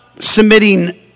submitting